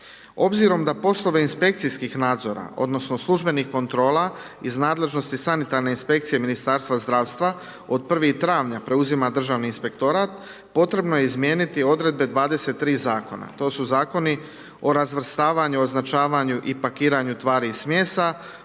Obzirom da poslove inspekcijskih nadzora, odnosno službenih kontrola iz nadležnosti sanitarne inspekcije Ministarstva zdravstva od 1. travnja preuzima Državni inspektorat potrebno je izmijeniti odredbe 23 zakona, to su zakoni o razvrstavanju, označavanju i pakiranju tvari i smjesa,